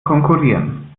konkurrieren